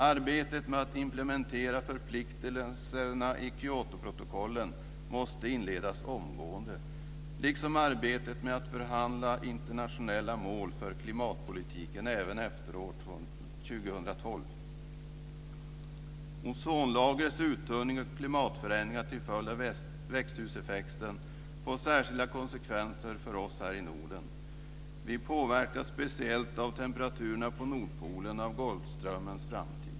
Arbetet med att implementera förpliktelserna i Kyotoprotokollet måste inledas omgående, liksom arbetet med att förhandla internationella mål för klimatpolitiken även efter år 2012. Ozonlagrets uttunning och klimatförändringar till följd av växthuseffekten får särskilda konsekvenser för oss här i Norden. Vi påverkas speciellt av temperaturerna på Nordpolen och av Golfströmmens framtid.